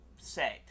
say